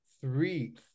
three